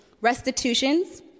restitutions